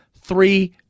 three